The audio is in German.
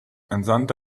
entsandte